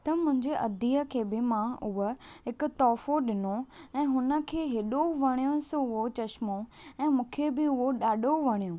त मुंहिंजे अदीअ खे बि मां उहा हिकु तुहिफ़ो ॾिनो ऐं उन खे ऐॾो वणियो सो उहो चश्मो ऐं मूंखे बि उहो ॾाढो वणियो